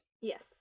Yes